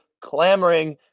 clamoring